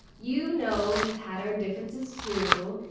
you know we've had our differences too.